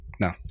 No